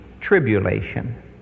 tribulation